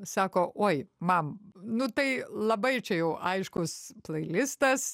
sako oi mam nu tai labai čia jau aiškus pleilistas